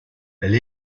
elle